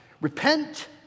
repent